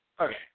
Okay